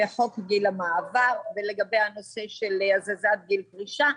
חוק גיל המעבר ולגבי הנושא של הזזת גיל פרישה.